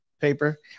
paper